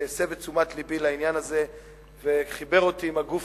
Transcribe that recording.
שהסב את תשומת לבי לעניין הזה וחיבר אותי עם הגוף